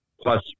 plus